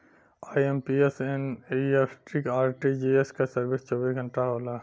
IMPS, NEFT, RTGS क service चौबीस घंटा होला